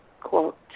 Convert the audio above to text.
quote